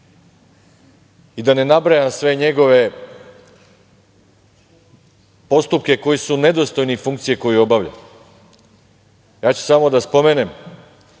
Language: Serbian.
i da ne nabrajam sve njegove postupke koji su nedostojni funkcije koju obavlja, ja ću samo da spomenem,